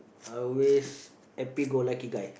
I'll always happy go lucky guy